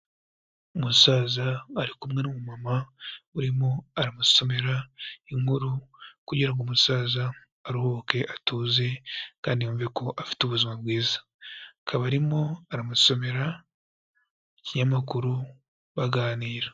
Umusaza ari kumwe numu mama urimo aramusomera inkuru kugira umusaza aruhuke atuze kandi yumve ko afite ubuzima bwiza, akaba arimo aramusomera ikinyamakuru baganira.